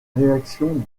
réaction